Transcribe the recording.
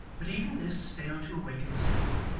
but even this failed to awaken the sleeper.